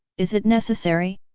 is it necessary?